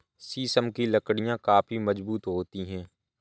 शीशम की लकड़ियाँ काफी मजबूत होती हैं